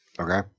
Okay